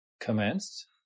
commenced